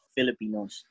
Filipinos